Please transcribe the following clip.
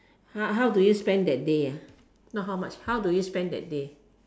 how how do you spend that day ah not how much how do you spend that day